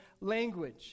language